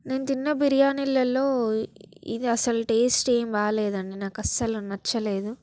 నేను తిన్న బిర్యానీలలో ఇది అసలు టేస్ట్ ఏం బాగాలేదండి నాకు అస్సలు నచ్చలేదు